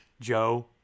Joe